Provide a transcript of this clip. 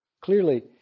Clearly